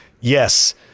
yes